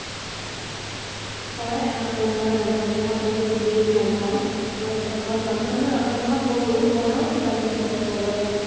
হয় মই ৰন্ধা বঢ়া কৰি খুবেই ভাল পাওঁ মই ঘৰত মাজে মাজে ৰন্ধা বঢ়া কৰোঁ বনাওঁ কিবা কিবি বস্তু অলপ